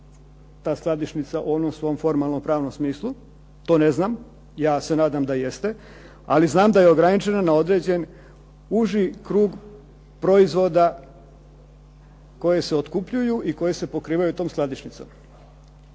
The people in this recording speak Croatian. ta skladišnica u onom svom formalnopravnom smislu? To ne znam. Ja se nadam da jeste. Ali znam da je ograničena na određen uži krug proizvoda koji se otkupljuju i koji se pokrivaju tom skladišnicom.